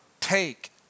Take